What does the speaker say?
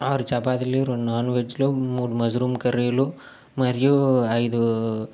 ఆరు చపాతీలు రెండు నాన్ వెజ్లు మూడు మష్రూమ్ కర్రీలు మరియు ఐదు